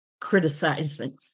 criticizing